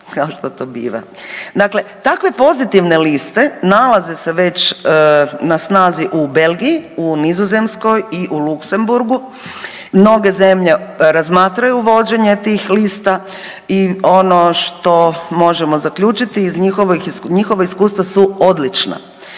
takve pozitivne liste nalaze se već na snazi u Belgiji, u Nizozemskoj i u Luksemburgu. Mnoge zemlje razmatraju uvođenje tih lista i ono što možemo zaključiti iz njihovih, njihova iskustva su odlična.